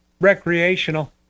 recreational